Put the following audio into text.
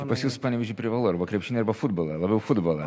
pas jus panevėžy privalu arba krepšinį arba futbolą labiau futbolą